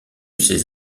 ses